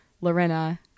Lorena